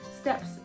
steps